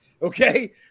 Okay